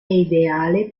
ideale